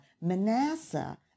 Manasseh